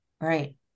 Right